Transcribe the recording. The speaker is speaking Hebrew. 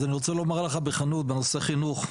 אני רוצה לומר לך בכנות בנושא חינוך,